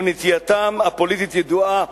ונטייתם הפוליטית ידועה,